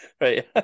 right